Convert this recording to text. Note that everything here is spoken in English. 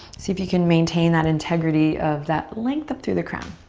see if you can maintain that integrity of that length up through the crown.